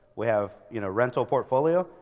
we have you know rental portfolio.